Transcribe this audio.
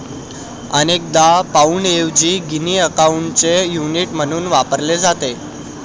अनेकदा पाउंडऐवजी गिनी अकाउंटचे युनिट म्हणून वापरले जाते